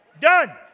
Done